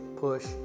push